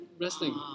wrestling